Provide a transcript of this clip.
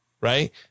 Right